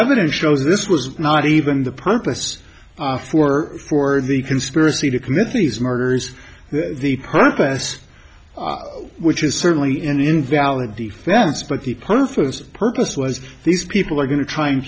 evidence shows this was not even the purpose for for the conspiracy to commit these murders the purpose which is certainly an invalid defense but the purpose purpose was these people are going t